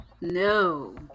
No